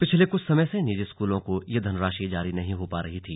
पिछले कुछ समय से निजी स्कूलों को ये धनराशि जारी नहीं हो पा रही थी